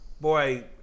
Boy